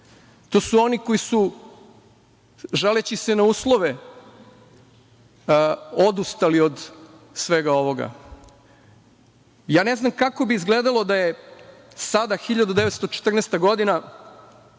To su oni koji su, žaleći se na uslove, odustali od svega ovoga. Ja ne znam kako bi izgledalo da je sada 1914. godina